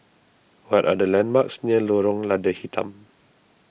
what are the landmarks near Lorong Lada Hitam